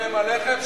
והם עליכם,